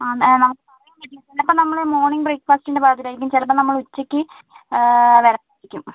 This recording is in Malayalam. ആ നമുക്ക് പറയാൻ പറ്റില്ല ചിലപ്പം നമ്മൾ മോർണിംഗ് ബ്രേക്ക്ഫാസ്റ്റിൻ്റെ പാകത്തിലായിരിക്കും ചിലപ്പം നമ്മൾ ഉച്ചയ്ക്ക് വരുമായിരിക്കും